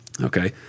Okay